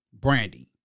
Brandy